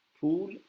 pool